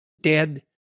Dead